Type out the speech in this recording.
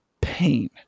pain